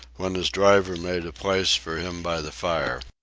when his driver made a place for him by the fire.